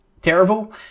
terrible